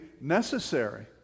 necessary